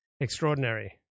extraordinary